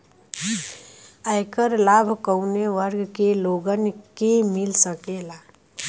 ऐकर लाभ काउने वर्ग के लोगन के मिल सकेला?